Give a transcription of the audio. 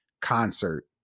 concert